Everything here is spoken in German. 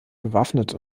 bewaffnet